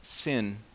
Sin